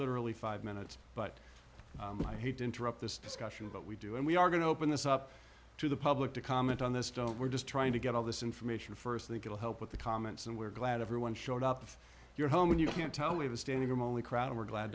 literally five minutes but i hate to interrupt this discussion but we do and we are going to open this up to the public to comment on this don't we're just trying to get all this information st legal help with the comments and we're glad everyone showed up at your home when you can tell we have a standing room only crowd we're glad